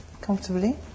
comfortably